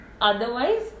otherwise